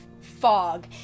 fog